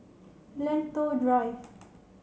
Lentor Drive